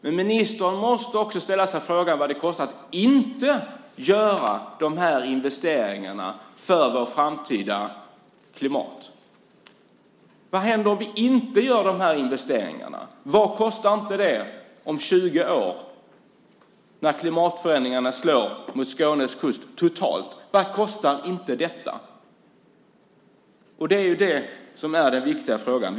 Men ministern måste också ställa sig frågan vad det kostar att inte göra investeringar för vårt framtida klimat. Vad händer om vi inte gör de här investeringarna? Vad kostar inte det om 20 år, när klimatförändringarna slår mot Skånes kust totalt? Vad kostar inte detta? Det är det som är den viktiga frågan.